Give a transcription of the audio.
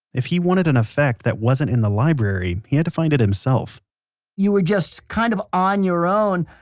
if he wanted an effect that wasn't in the library, he had to find it himself you were just kind of on your own.